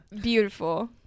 beautiful